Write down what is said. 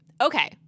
Okay